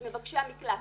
את מבקשי המקלט,